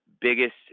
biggest